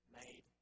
made